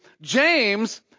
James